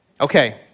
Okay